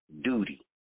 duty